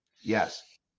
Yes